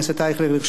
אפשר גם פחות.